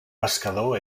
pescador